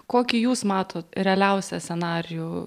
kokį jūs matot realiausią scenarijų